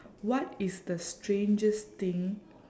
what is the strangest thing